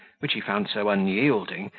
which he found so unyielding,